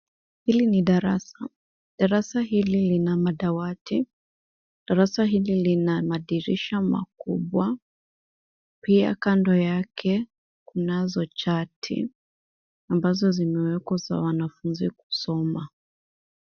Hili ni darasa, darasa hili lina madawati darasa hili lina madirsha madirisha makubwa, pia kando yake kunazo chati ambazo zimewekwa za wanafunzi kusoma.